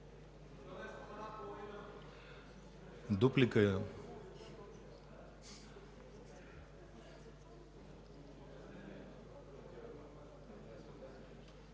дуплика.